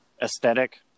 aesthetic